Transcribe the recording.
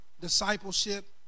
discipleship